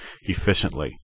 efficiently